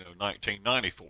1994